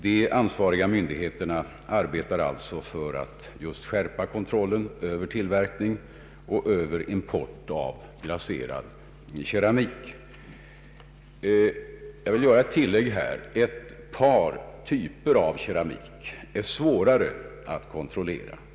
De ansvariga myndigheterna arbetar alltså för att skärpa kontrollen över tillverkning och import av glaserad keramik. Jag vill här göra ett tillägg. Ett par typer av keramik är svårare att kontrollera.